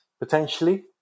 potentially